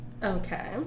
Okay